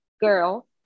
girl